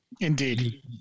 Indeed